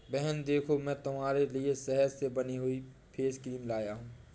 बहन देखो मैं तुम्हारे लिए शहद से बनी हुई फेस क्रीम लाया हूं